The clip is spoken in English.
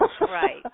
Right